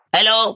Hello